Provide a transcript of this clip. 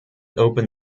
opened